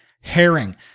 herring